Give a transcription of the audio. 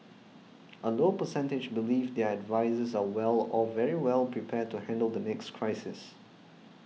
a low percentage believe their advisers are well or very well prepared to handle the next crisis